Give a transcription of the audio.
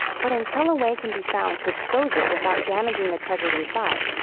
but until a way can be found to expose it without damaging the treasures inside,